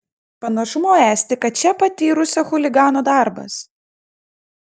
panašumo esti kad čia patyrusio chuligano darbas